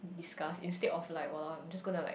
discuss instead of like !walao! I'm just gonna like